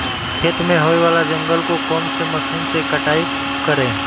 खेत में होने वाले जंगल को कौन से मशीन से कटाई करें?